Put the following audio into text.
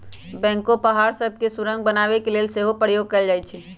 backhoe पहाड़ सभ में सुरंग बनाने के लेल सेहो प्रयोग कएल जाइ छइ